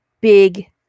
big